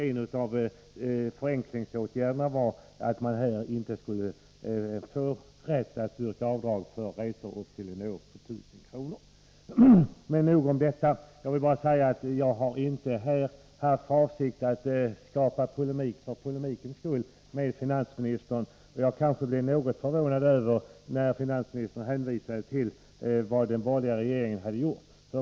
En av förenklingsåtgärderna var att man inte skulle få rätt att yrka avdrag för resekostnader upp till 1000 kr. Men nog om detta. Jag har inte haft för avsikt att här skapa polemik för polemikens skull med finansministern. Jag blev något förvånad över att finansministern hänvisade till vad den borgerliga regeringen hade gjort.